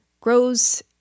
grows